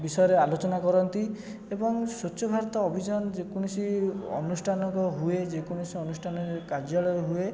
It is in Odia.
ବିଷୟରେ ଆଲୋଚନା କରନ୍ତି ଏବଂ ସ୍ୱଚ୍ଛ ଭାରତ ଅଭିଯାନ ଯେକୌଣସି ଅନୁଷ୍ଠାନର ହୁଏ ଯେକୌଣସି ଅନୁଷ୍ଠାନରେ କାର୍ଯ୍ୟାଳାୟ ହୁଏ